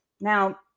Now